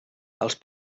als